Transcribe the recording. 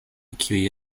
kiuj